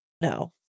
no